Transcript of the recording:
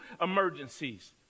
emergencies